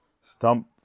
stump